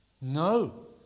no